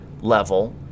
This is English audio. level